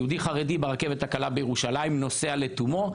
יהודי חרדי ברכבת הקלה בירושלים נוסע לתומו,